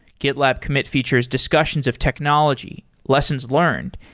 gitlab commit features discussions of technology, lessons learned,